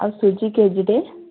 ଆଉ ସୁଜି କେଜିଟେ